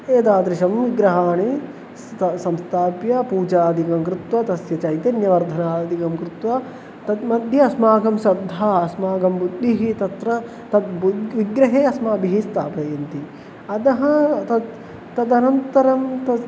एतादृशं विग्रहाणि स्ता संस्थाप्य पूजादिकं कृत्वा तस्य चैतन्यवर्धनादिकं कृत्वा तद् मध्ये अस्माकं श्रद्धा अस्माकं बुद्धिः तत्र तद् बुग् विग्रहे अस्माभिः स्थापयन्ति अतः तत् तदनन्तरं तत्